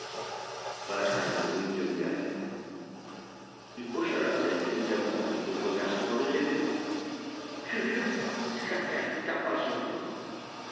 pas un bruit ne lui arriva il hocha la tête évidemment le pauvre garçon avait rêvé furieux zacharie tapa à son tour